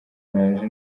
araje